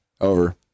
Over